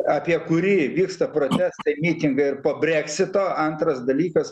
apie kurį vyksta protestai mitingai ir po breksito antras dalykas